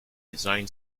design